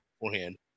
beforehand